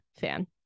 fan